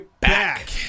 back